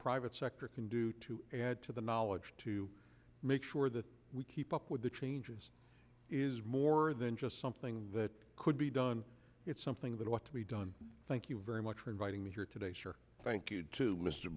private sector can do to add to the knowledge to make sure that we keep up with the changes is more than just something that could be done it's something that ought to be done thank you very much for inviting me here today sure thank you to mr